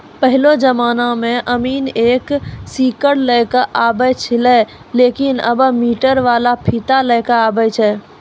पहेलो जमाना मॅ अमीन एक सीकड़ लै क आबै छेलै लेकिन आबॅ मीटर वाला फीता लै कॅ आबै छै